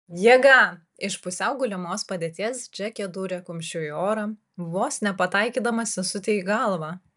jėga iš pusiau gulimos padėties džeke dūrė kumščiu į orą vos nepataikydama sesutei į galvą